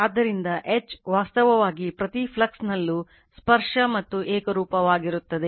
ಆದ್ದರಿಂದ H ವಾಸ್ತವವಾಗಿ ಪ್ರತಿ ಫ್ಲಕ್ಸ್ನಲ್ಲೂ ಸ್ಪರ್ಶ ಮತ್ತು ಏಕರೂಪವಾಗಿರುತ್ತದೆ